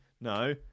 no